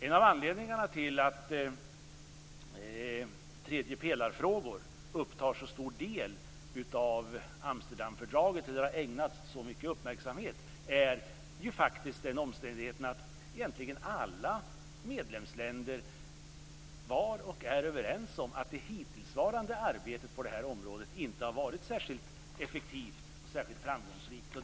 En av anledningarna till att tredjepelarfrågor har ägnats så mycket uppmärksamhet i Amsterdamfördraget är ju att egentligen alla medlemsländer var och är överens om att det hittillsvarande arbetet på det här området inte har varit särskilt effektivt och särskilt framgångsrikt.